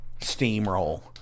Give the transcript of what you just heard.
steamroll